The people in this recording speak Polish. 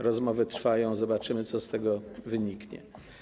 Rozmowy trwają, zobaczymy, co z tego wyniknie.